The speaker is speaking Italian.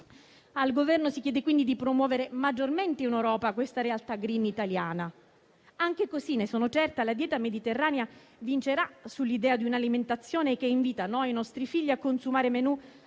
Al Governo si chiede quindi di promuovere maggiormente in Europa questa realtà *green* italiana. Anche così, ne sono certa, la dieta mediterranea vincerà sull'idea di un'alimentazione che invita, noi e i nostri figli, a consumare menù